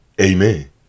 Amen